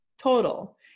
Total